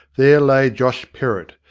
there lay josh perrott,